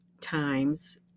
times